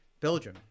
Belgium